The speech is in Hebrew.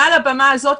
מעל הבמה הזאת,